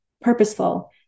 purposeful